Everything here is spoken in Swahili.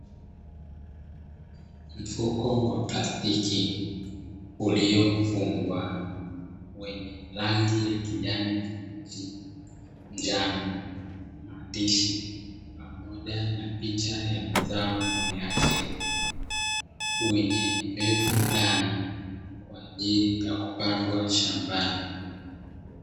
Mfuko wa plastiki uliofungwa wenye rangi ya kijani kibichi, njano, maandishi pamoja na picha ya mazao juu yake wenye mbegu ndani kwa ajili ya kupandwa shambani.